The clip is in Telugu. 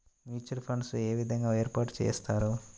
మ్యూచువల్ ఫండ్స్ ఏ విధంగా ఏర్పాటు చేస్తారు?